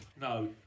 No